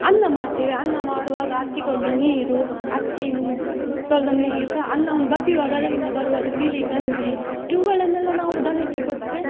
ಅನ್ನ ಮಾಡ್ತೇವೆ ಅನ್ನ ಮಾಡುವಾಗ ಅಕ್ಕಿ ತೊಳೆದ ನೀರು ಅಕ್ಕಿಯಿನ್ನು ತೊಳೆದ ನೀರನ್ನು ಅನ್ನವನ್ನು ಬಸಿಯುವಾಗ ಅದರಿಂದ ಬರುವುದು ತಿಳಿ ಗಂಜಿ ಇವುಗಳನ್ನೆಲ್ಲ ನಾವು ದನಕ್ಕೆ ಕೊಟ್ಟರೆ